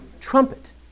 trumpet